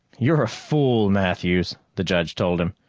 you're a fool, matthews, the judge told him.